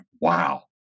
wow